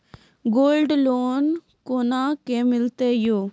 Gold loan कोना के मिलते यो?